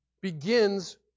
begins